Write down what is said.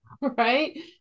Right